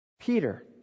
Peter